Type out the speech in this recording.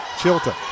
Chilton